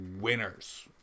winners